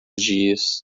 dias